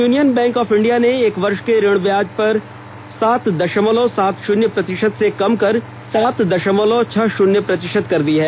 union bank of India ने एक वर्ष के ऋण पर ब्याज दर सात दशमलव सात शून्य प्रतिशत से कम कर सात दशमलव छह शून्य प्रतिशत कर दी है